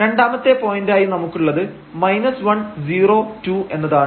രണ്ടാമത്തെ പോയന്റായി നമുക്കുള്ളത് 102 എന്നതാണ്